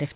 F